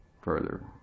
further